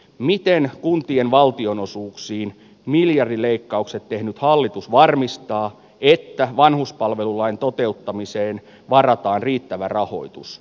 miten kuntien valtionosuuksien miljardileikkaukset tehnyt hallitus varmistaa että vanhuspalvelulain toteuttamiseen varataan riittävä rahoitus